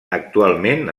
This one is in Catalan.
actualment